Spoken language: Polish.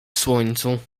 słońcu